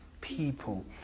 people